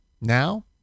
Now